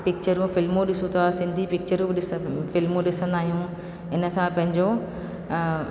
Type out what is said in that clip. पिचरूं फिल्मूं ॾिसूं था सिंधी पिचरूं ॾिसनि फिल्मूं ॾिसंदा आहियूं इन सां पंहिंजो